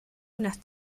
unas